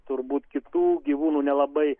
turbūt kitų gyvūnų nelabai